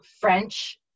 French